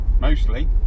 Mostly